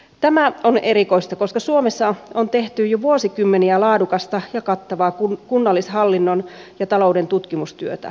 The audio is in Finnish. tämä on erikoista koska suomessa on tehty jo vuosikymmeniä laadukasta ja kattavaa kunnallishallinnon ja talouden tutkimustyötä